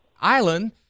island